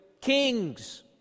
kings